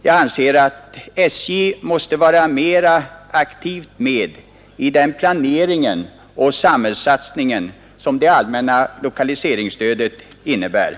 Jag anser att SJ måste vara-mera aktivt med i den planering och den samhällssatsning som det allmänna lokaliseringsstödet innebär.